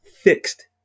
fixed